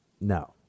No